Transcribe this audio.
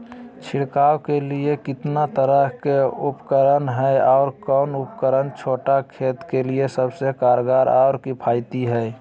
छिड़काव के लिए कितना तरह के उपकरण है और कौन उपकरण छोटा खेत के लिए सबसे कारगर और किफायती है?